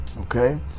okay